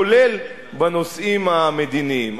כולל בנושאים המדיניים.